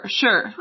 sure